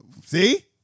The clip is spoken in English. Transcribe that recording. See